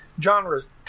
genres